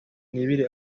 n’ibiri